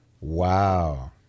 Wow